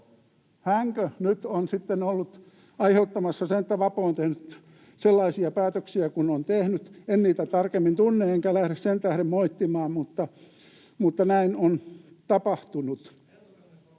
Hänkö nyt on sitten ollut aiheuttamassa sen, että Vapo on tehnyt sellaisia päätöksiä kuin on tehnyt? En niitä tarkemmin tunne enkä lähde sen tähden moittimaan, mutta näin on tapahtunut.